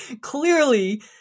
clearly